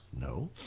No